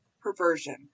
perversion